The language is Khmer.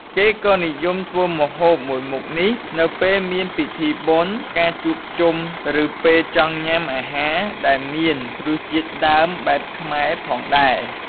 គេក៏និយមធ្វើម្ហូបមួយមុខនេះនៅពេលមានពិធីបុណ្យ ការជួបជុំ ឬពេលចង់ញ៉ាំអាហារដែលមានរសជាតិដើមបែបខ្មែរផងដែរ។